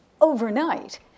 overnight